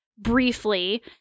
Briefly